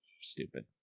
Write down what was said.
Stupid